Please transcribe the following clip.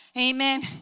Amen